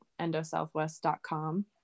endosouthwest.com